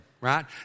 Right